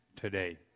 today